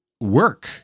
work